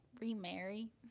remarry